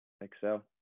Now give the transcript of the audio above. excel